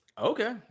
Okay